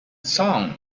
song